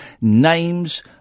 names